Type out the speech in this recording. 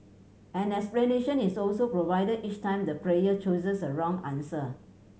an explanation is also provided each time the player chooses a wrong answer